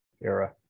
era